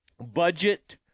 budget